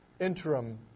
interim